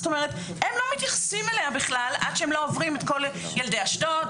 הם לא מתייחסים אליה בכלל עד שהם לא עוברים את כל ילדי אשדוד,